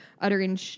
uttering